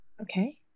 Okay